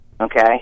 okay